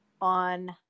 on